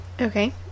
Okay